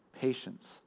patience